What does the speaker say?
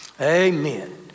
Amen